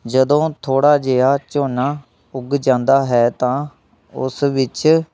ਜਦੋਂ ਥੋੜ੍ਹਾ ਜਿਹਾ ਝੋਨਾ ਉੱਗ ਜਾਂਦਾ ਹੈ ਤਾਂ ਉਸ ਵਿੱਚ